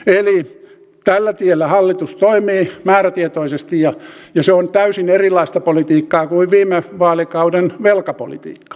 eli tällä tiellä hallitus toimii määrätietoisesti ja se on täysin erilaista politiikkaa kuin viime vaalikauden velkapolitiikka